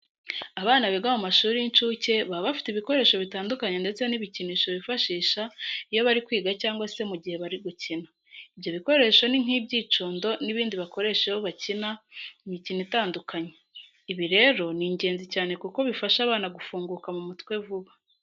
Abana biga mu mashuri y'incuke baba bafite ibikoresho bitandukanye ndetse n'ibikinisho bifashisha iyo bari kwiga cyangwa se mu gihe bari gukina. Ibyo bikoresho ni nk'ibyicundo n'ibindi bakoresha iyo bakina imikino itandukanye. Ibi rero ni ingenzi cyane kuko bifasha abana gufunguka mu mutwe vuba.